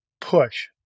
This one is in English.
push